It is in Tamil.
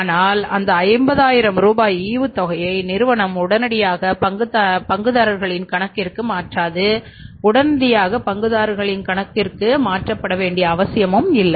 ஆனால் அந்த 50000 ரூபாய் ஈவுத்தொகையை நிறுவனம் உடனடியாக பங்குதாரர்களின் கணக்கிற்கு மாற்றாது உடனடியாக பங்குதாரர்களின் கணக்குகளுக்கு மாற்றப்பட வேண்டிய அவசியமும் இல்லை